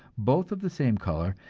both of the same color,